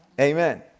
Amen